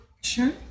Sure